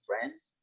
friends